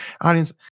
audience